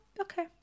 okay